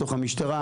בתוך המשטרה,